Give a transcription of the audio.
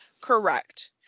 Correct